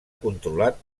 controlat